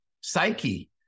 psyche